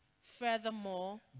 Furthermore